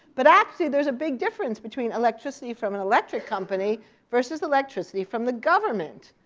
but actually there's a big difference between electricity from an electric company versus the electricity from the government.